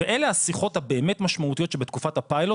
אלה השיחות הבאמת משמעותיות שבתקופת הפיילוט